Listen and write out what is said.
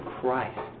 Christ